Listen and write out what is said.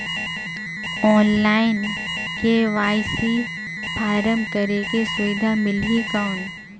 Online KYC form करेके सुविधा मिली कौन?